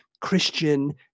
Christian